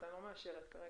כמו שרונית אומרת,